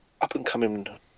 up-and-coming